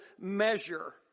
measure